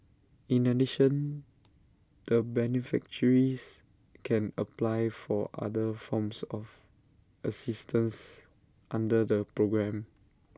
in addition the beneficiaries can apply for other forms of assistance under the programme